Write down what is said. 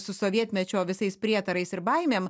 su sovietmečio visais prietarais ir baimėm